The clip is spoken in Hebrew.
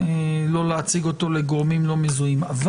לא להציג אותו לגורמים לא מזוהים אבל